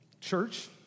church